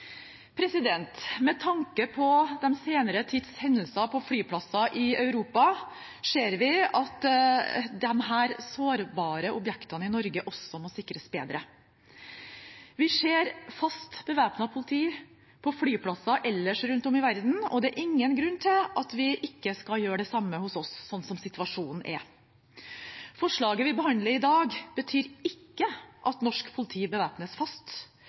Med tanke på den senere tids hendelser på flyplasser i Europa ser vi at disse sårbare objektene også må sikres bedre i Norge. Vi ser fast bevæpnet politi på flyplasser ellers rundt om i verden, og det er ingen grunn til at vi ikke skal ha det samme hos oss, sånn som situasjonen er. Forslaget vi behandler i dag, betyr ikke at norsk politi bevæpnes fast.